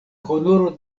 honoro